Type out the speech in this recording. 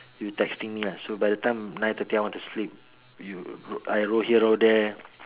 you texting me lah so by the time nine thirty I want to sleep you I roll here roll there